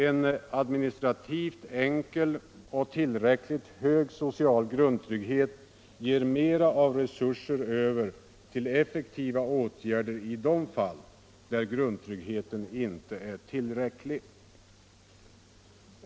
En administrativt enkel och tillräckligt hög social grundtrygghet ger mera av resurser över till effektiva åtgärder i de fall där grundtryggheten inte är tillräcklig.